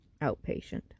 outpatient